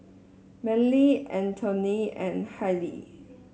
Manly Anthoney and Hailie